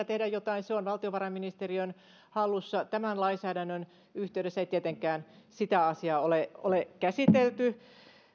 tehdä jotain se on valtiovarainministeriön hallussa tämän lainsäädännön yhteydessä ei tietenkään sitä asiaa ole ole käsitelty